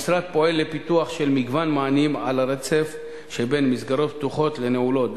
המשרד פועל לפיתוח של מגוון מענים על הרצף שבין מסגרות פתוחות לנעולות.